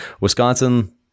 Wisconsin